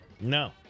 No